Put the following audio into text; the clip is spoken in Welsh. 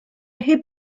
heb